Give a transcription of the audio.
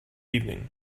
evening